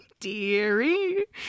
deary